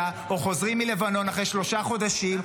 או חוזרים מלבנון אחרי שלושה חודשים,